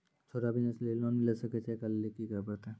छोटा बिज़नस लेली लोन मिले सकय छै? एकरा लेली की करै परतै